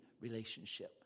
relationship